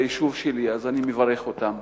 זה היישוב שלי, אז אני מברך אותם.